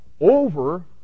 over